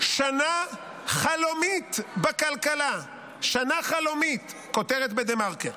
"שנה חלומית בכלכלה" שנה חלומית, כותרת בדה-מרקר.